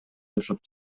жашап